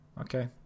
Okay